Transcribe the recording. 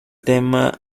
tema